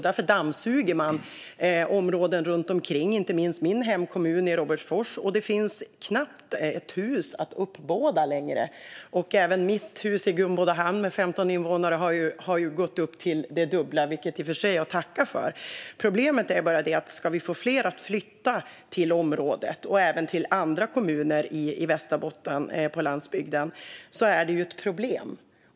Därför dammsuger man områden runt omkring och inte minst min hemkommun Robertsfors. Det finns knappt ett hus att uppbåda längre. Även värdet för mitt hus i Gumbodahamn med 15 invånare har gått upp till det dubbla, vilket jag i och för sig tackar för. Det är bara det att ska vi få fler att flytta till området och även till andra kommuner på landsbygden i Västerbotten är det ett problem.